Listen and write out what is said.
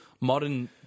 modern